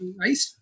nice